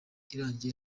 irangiye